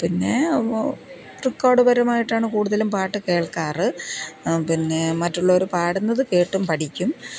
പിന്നെ റെക്കോർഡ് പരമായിട്ടാണ് കുടുതലും പാട്ട് കേൾക്കാറ് പിന്നെ മറ്റുള്ളവര് പാടുന്നതു കേട്ടും പഠിക്കും